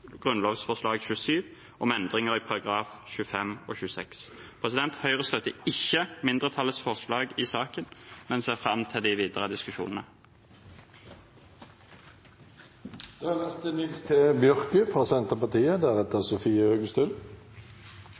Grunnlovsforslag 27 for 2019–2020, om endringer i §§ 25 og 26. Høyre støtter ikke mindretallets forslag i saken, men ser fram til de videre